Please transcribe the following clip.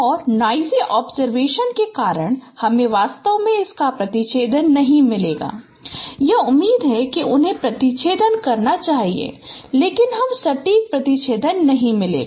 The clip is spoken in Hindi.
और नोइज़ी ऑब्जरवेशन के कारण हमें वास्तव में इसका प्रतिच्छेदन नहीं मिलेगा यह उम्मीद है कि उन्हें प्रतिच्छेदन करना चाहिए लेकिन हमें सटीक प्रतिच्छेदन नहीं मिलेगा